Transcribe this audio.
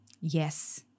Yes